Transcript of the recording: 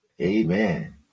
amen